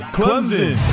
Clemson